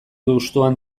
hustuan